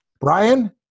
Brian